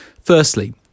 Firstly